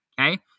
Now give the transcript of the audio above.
Okay